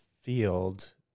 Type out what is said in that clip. field